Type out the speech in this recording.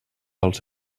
dels